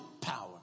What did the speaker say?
power